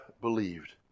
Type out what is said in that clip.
believed